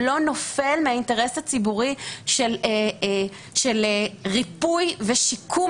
לא נופל מהאינטרס הציבורי של ריפוי ושיקום